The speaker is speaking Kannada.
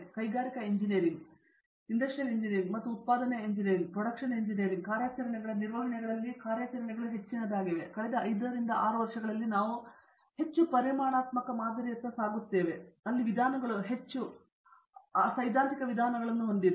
ಕೈಗಾರಿಕಾ ಇಂಜಿನಿಯರಿಂಗ್ ಮತ್ತು ಉತ್ಪಾದನೆ ಎಂಜಿನಿಯರಿಂಗ್ ಕಾರ್ಯಾಚರಣೆಗಳ ನಿರ್ವಹಣೆಗಳಲ್ಲಿ ಕಾರ್ಯಾಚರಣೆಗಳು ಹೆಚ್ಚಿನದಾಗಿವೆ ಮತ್ತು ಕಳೆದ 5 ರಿಂದ 6 ವರ್ಷಗಳಲ್ಲಿ ನಾವು ಹೆಚ್ಚು ಪರಿಮಾಣಾತ್ಮಕ ಮಾದರಿಯತ್ತ ಸಾಗುತ್ತೇವೆ ಮತ್ತು ಅಲ್ಲಿ ವಿಧಾನಗಳು ಹೆಚ್ಚು ಆಟದ ಸೈದ್ಧಾಂತಿಕ ವಿಧಾನಗಳನ್ನು ಹೊಂದಿವೆ